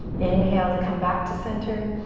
inhale to come back to center.